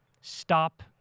stop